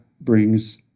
brings